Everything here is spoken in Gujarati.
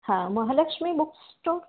હા મહાલક્ષ્મી બૂક સ્ટોર